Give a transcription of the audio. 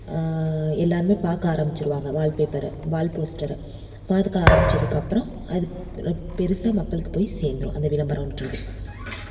எல்லாருமே பார்க்க ஆரமிச்சிருவாங்க வால் பேப்பரை வால் போஸ்டரை பாதுக்க ஆரமிச்சதுக்கப்புறோம் அதுப் ரொப் பெருசாக மக்களுக்கு போய் சேர்ந்துரும் அந்த விளம்பரன்றது